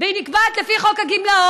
היא נקבעת לפי חוק הגמלאות.